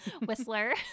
Whistler